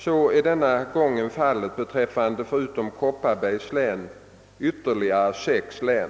Så är denna gång fallet beträffande, förutom Kopparbergs län, ytterligare sex län.